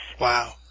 Wow